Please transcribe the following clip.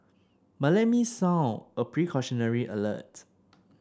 but let me sound a precautionary alert